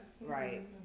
Right